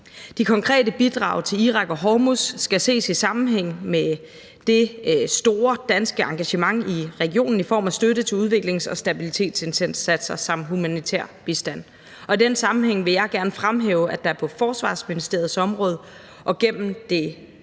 De konkrete bidrag til Irak og Hormuzstrædet skal ses i sammenhæng med det store danske engagement i regionen i form af støtte til udviklings- og stabiliseringsindsatser og humanitær bistand. Og i den sammenhæng vil jeg gerne fremhæve, at der på Forsvarsministeriets område og gennem det